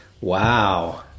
Wow